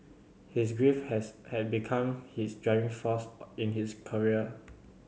his grief has had become his driving force in his career